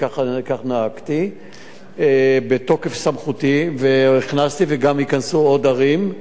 וכך נהגתי בתוקף סמכותי: הכנסתי וגם ייכנסו עוד ערים.